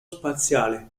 spaziale